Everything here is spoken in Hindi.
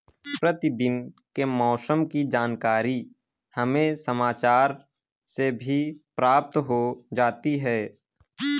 प्रतिदिन के मौसम की जानकारी हमें समाचार से भी प्राप्त हो जाती है